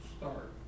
start